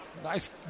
Nice